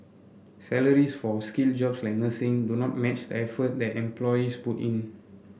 salaries for skilled jobs like nursing do not match the effort that employees put in